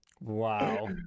wow